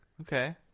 okay